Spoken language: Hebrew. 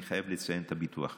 אני חייב לציין את הביטוח הלאומי.